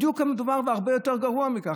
בדיוק כמדובר והרבה יותר גרוע מכך.